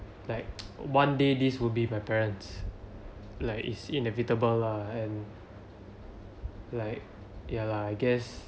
like one day this will be my parents like is inevitable lah and like ya lah I guess